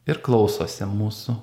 ir klausosi mūsų